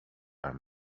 are